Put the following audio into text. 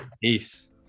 peace